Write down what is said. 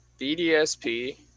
BDSP